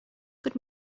good